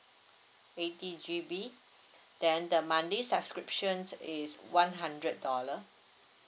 eighty G_B then the monthly subscriptions is one hundred dollar